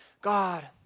God